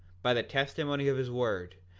by the testimony of his word,